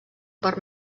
per